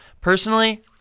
Personally